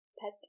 Pet